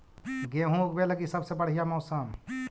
गेहूँ ऊगवे लगी सबसे बढ़िया मौसम?